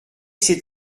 cet